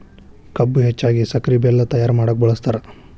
ಕಬ್ಬು ಹೆಚ್ಚಾಗಿ ಸಕ್ರೆ ಬೆಲ್ಲ ತಯ್ಯಾರ ಮಾಡಕ ಬಳ್ಸತಾರ